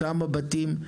כמה בתים?